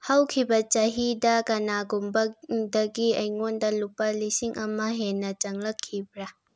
ꯍꯧꯈꯤꯕ ꯆꯍꯤꯗ ꯀꯅꯥꯒꯨꯝꯕꯗꯒꯤ ꯑꯩꯉꯣꯟꯗ ꯂꯨꯄꯥ ꯂꯤꯁꯤꯡ ꯑꯃ ꯍꯦꯟꯅ ꯆꯪꯂꯛꯈꯤꯕ꯭ꯔꯥ